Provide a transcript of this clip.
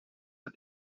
het